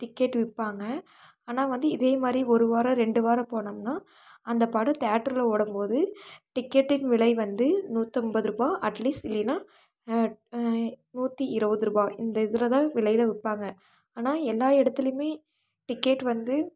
ticket விற்பாங்க ஆனால் வந்து இதேமாதிரி ஒரு வாரம் ரெண்டு வாரம் போனோம்னால் அந்த படம் தேட்டர்ல ஓடும்போது டிக்கெட்டின் விலை வந்து நூற்றம்பது ரூபாய் அட்லீஸ்ட் இல்லைனா நூற்றி இருவது ரூபாய் இந்த இதில் தான் விலையில் விற்பாங்க ஆனால் எல்லா இடத்துலையுமே டிக்கெட் வந்து